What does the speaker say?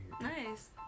nice